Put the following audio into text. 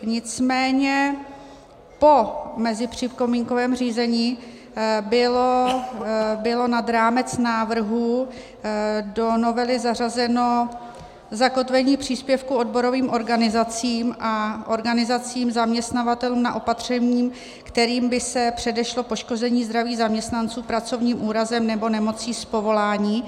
Nicméně po mezipřipomínkovém řízení bylo nad rámec návrhu do novely zařazeno zakotvení příspěvku odborovým organizacím a organizacím zaměstnavatelů na opatření, kterým by se předešlo poškození zdraví zaměstnanců pracovním úrazem nebo nemocí z povolání.